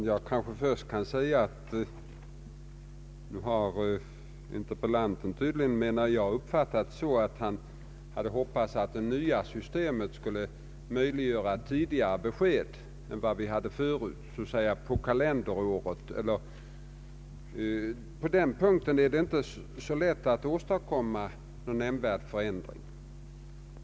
Herr talman! Jag uppfattade interpellantens anförande så, att han hade hoppats att det nya systemet skulle möjliggöra tidigare besked än som hittills har varit fallet. I detta avseende är det inte så lätt att åstadkomma någon nämnvärd förbättring.